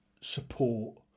support